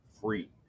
free